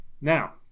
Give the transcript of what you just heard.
Now